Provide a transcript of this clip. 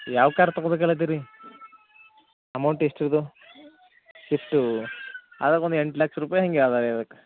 ಯಾವ ಕಾರ್ ತಗೊಬೆಕಲ್ಲ ಅದಿರಿ ಅಮೌಂಟ್ ಎಷ್ಟ್ರಿದು ಸ್ವಿಫ್ಟ್ ಅದಕ್ಕೆ ಒಂದು ಎಂಟು ಲಕ್ಷ ರೂಪಾಯಿ ಹಿಂಗ ಅದ ಅದಕ್ಕೆ